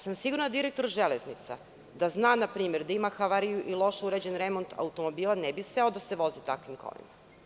Sigurna sam da direktor železnica da zna npr. da ima havariju i loše urađen remont automobila, ne bi seo da se vozi takvim kolima.